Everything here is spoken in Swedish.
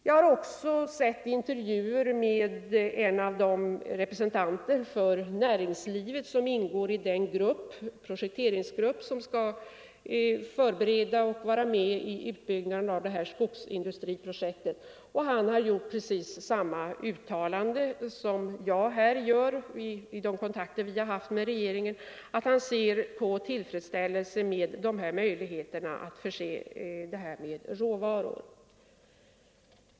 Jag har i intervjuer med en av de representanter för näringslivet som ingår i den projekteringsgrupp som skall förbereda utbyggnaden av denna skogsindustriproduktion sett precis samma uttalande som jag här gör, han ser med tillfredsställelse på möjligheterna att förse projektet med råvaror.